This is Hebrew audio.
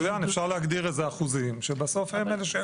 מצוין, אפשר להגדיר איזה אחוזים שבסוף הם אלה.